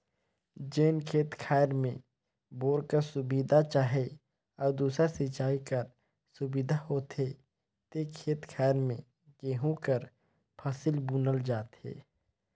जेन खेत खाएर में बोर कर सुबिधा चहे अउ दूसर सिंचई कर सुबिधा होथे ते खेत खाएर में गहूँ कर फसिल बुनल जाथे